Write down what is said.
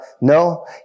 no